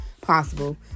possible